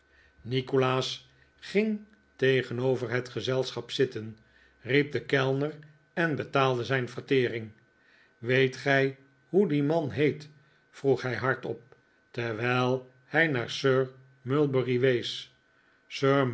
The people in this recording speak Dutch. nikolaas ging tegenover het gezelschap zitten riep den kellner en betaalde zijn vertering weet gij hoe die man heet vroeg hij hardop terwijl hij naar sir